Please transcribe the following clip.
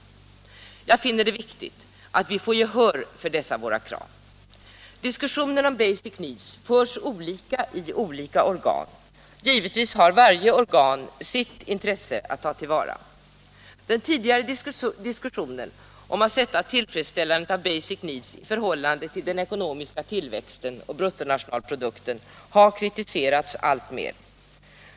Jag finner det viktigt att vi får gehör för dessa våra krav. Diskussionen om basic needs förs olika i olika organ — givetvis har varje organ sitt intresse att ta till vara. Den tidigare diskussionen om att sätta tillfredsställandet av basic needs i förhållande till den ekonomiska tillväxten och bruttonationalprodukten har kritiserats alltmer.